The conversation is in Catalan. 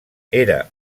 era